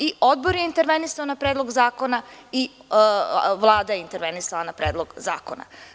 I odbor je intervenisao na Predlog zakona i Vlada je intervenisala na Predlog zakona.